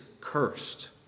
cursed